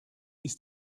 ist